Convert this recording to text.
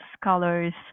scholars